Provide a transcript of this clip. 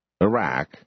Iraq